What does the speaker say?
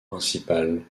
principal